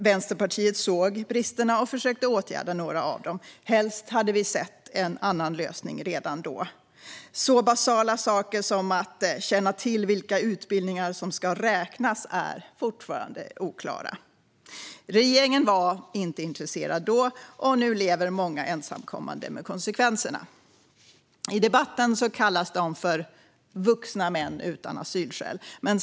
Vänsterpartiet såg bristerna och försökte åtgärda några av dem. Helst hade vi sett en annan lösning redan då. Så basala saker som vilka utbildningar som ska räknas är fortfarande oklara. Regeringen var inte intresserad då, och nu lever många ensamkommande med konsekvenserna. I debatten kallas de för "vuxna män utan asylskäl".